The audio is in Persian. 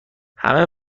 همه